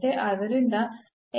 ಆದ್ದರಿಂದ 0 ಆಗಿದೆ